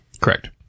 Correct